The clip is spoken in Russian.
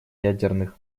ядерных